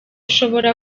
ushobora